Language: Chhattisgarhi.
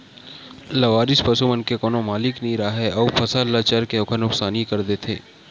लवारिस पसू मन के कोनो मालिक नइ राहय अउ फसल ल चर के ओखर नुकसानी कर देथे